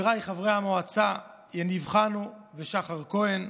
חבריי חברי המועצה יניב חנו ושחר כהן,